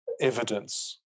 evidence